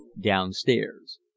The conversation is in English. downstairs